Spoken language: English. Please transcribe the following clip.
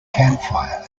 campfire